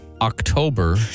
October